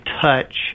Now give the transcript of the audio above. touch